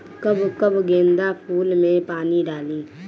कब कब गेंदा फुल में पानी डाली?